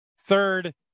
Third